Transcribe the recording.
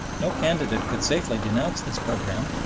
no candidate could safely denounce this program,